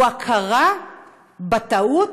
הוא הכרה בטעות,